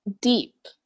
deep